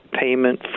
payment